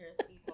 people